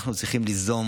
אנחנו צריכים ליזום